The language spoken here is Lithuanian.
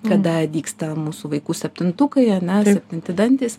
kada dygsta mūsų vaikų septintukai ar ne septinti dantys